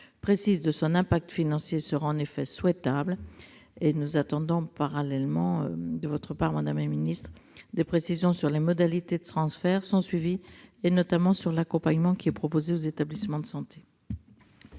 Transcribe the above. précise de son impact financier seraient en effet souhaitables. Nous attendons parallèlement de votre part, madame la ministre, des précisions sur les modalités de ce transfert et sur son suivi, notamment en ce qui concerne l'accompagnement proposé aux établissements de santé.